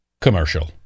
commercial